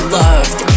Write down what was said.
loved